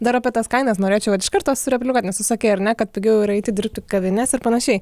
dar apie tas kainas norėčiau vat iš karto sureplikuot nes tu sakei ar ne kad pigiau yra eiti dirbt į kavines ir panašiai